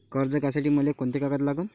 कर्ज घ्यासाठी मले कोंते कागद लागन?